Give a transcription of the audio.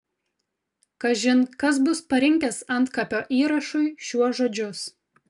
kažin kas bus parinkęs antkapio įrašui šiuos žodžius